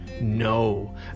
No